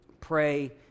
Pray